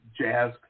jazz